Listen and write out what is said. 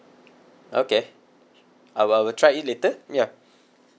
okay I will I will try it later ya